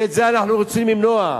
וזה אנחנו רוצים למנוע.